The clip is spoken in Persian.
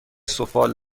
سفال